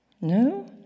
No